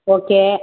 okay